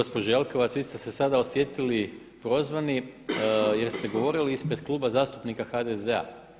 Gospođo Jelkovac, vi ste se sada osjetili prozvani jer ste govorili ispred Kluba zastupnika HDZ-a.